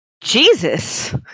jesus